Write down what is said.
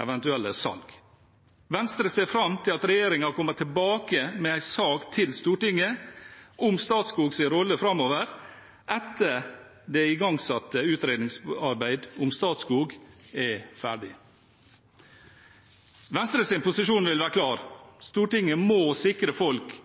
eventuelle salg. Venstre ser fram til at regjeringen kommer tilbake med en sak til Stortinget om Statskogs rolle framover etter at det igangsatte utredningsarbeidet om Statskog er ferdig. Venstres posisjon vil være klar. Stortinget må sikre folk